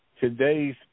today's